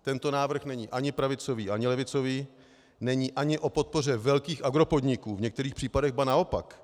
Tento návrh není ani pravicový, ani levicový, není ani o podpoře velkých agropodniků, v některých případech ba naopak.